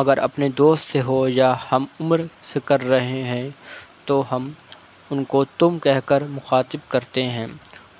اگر اپنے دوست سے ہو یا ہم عمر سے کر رہے ہیں تو ہم ان کو تم کہہ کر مخاطب کرتے ہیں